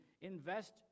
Invest